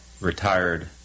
retired